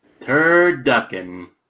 Turducken